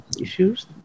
issues